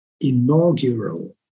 inaugural